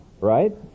right